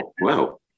wow